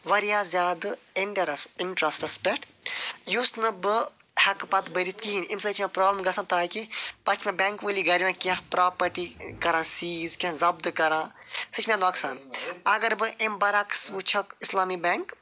وارِیاہ زیادٕ اِنٛدرس اِنٹرسٹس پٮ۪ٹھ یُس نہٕ بہٕ ہٮ۪کہٕ پتہٕ بٔرِتھ کِہیٖنٛۍ اَمہِ سۭتۍ چھِ مےٚ پرٛابلِم گژھان تاکہِ پتہٕ چھِ مےٚ بینٛکہٕ وٲلی گرِ یِوان کیٚنٛہہ پراپرٹی کَران سیٖز کیٚنٛہہ ضبطہٕ کَران سُہ چھُ مےٚ نۄقصان اگر بہٕ اَمہِ برعکٕس وُچھکھ اِسلامی بینٛک